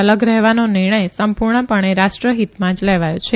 અલગ રહેવાનો નિર્ણય સંપુર્ણપણે રાષ્ટ્રહિતમાં જ લેવાયો છે